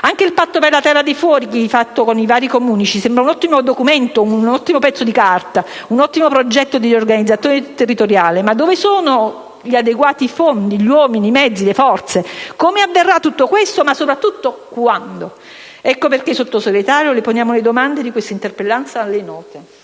Anche il patto per la «terra dei fuochi», concluso con i vari Comuni, ci sembra un ottimo documento, un bel pezzo di carta, un buon progetto di riorganizzazione territoriale, ma dove sono gli adeguati fondi, gli uomini, i mezzi e le forze? Come avverrà tutto questo e, soprattutto, quando? Ecco perché, Sottosegretario, le poniamo le domande di questa interpellanza, che sono